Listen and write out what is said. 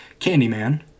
Candyman